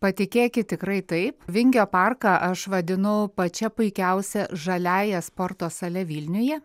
patikėkit tikrai taip vingio parką aš vadinu pačia puikiausia žaliąja sporto sale vilniuje